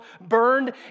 burned